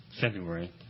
February